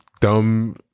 dumb